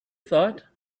thought